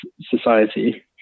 society